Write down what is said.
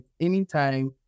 anytime